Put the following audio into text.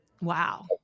wow